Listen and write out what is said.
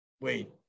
wait